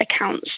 accounts